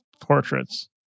portraits